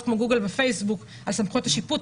כמו גוגל ופייסבוק על סמכויות השיפוט,